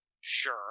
Sure